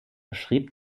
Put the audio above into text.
schrieb